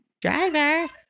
Driver